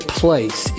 place